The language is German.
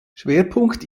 schwerpunkt